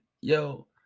yo